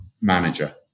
manager